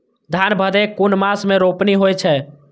धान भदेय कुन मास में रोपनी होय छै?